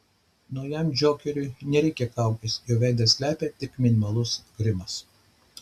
naujam džokeriui nereikia kaukės jo veidą slepia tik minimalus grimas